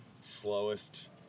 slowest